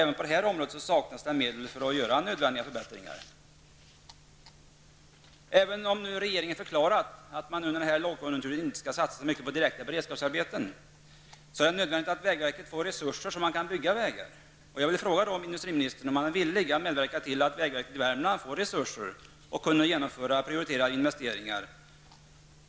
Även på detta område saknas det alltså medel för att nödvändiga förbättringar skall kunna göras. Även om regeringen nu har förklarat att man under denna lågkonjunktur inte skall satsa så mycket på direkta beredskapsarbeten, är det nödvändigt att vägverket får resurser så att vägar kan byggas. Jag vill fråga industriministern om han är villig att medverka till att vägverket i Värmland får resurser för att kunna genomföra prioriterade investeringar.